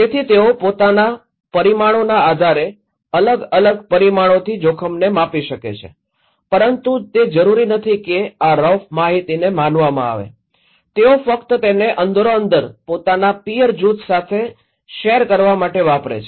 તેથી તેઓ પોતાના પરિમાણોના આધારે અલગ અલગ પરિમાણોથી જોખમને માપી શકે છે પરંતુ તે જરૂરી નથી કે આ રફ માહિતીને માનવામાં આવે તેઓ ફક્ત તેને અંદરોઅંદર પોતાના પીઅર જૂથ સાથે શેર કરવા માટે વાપરે છે